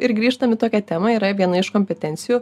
ir grįžtam į tokią temą yra viena iš kompetencijų